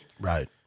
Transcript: Right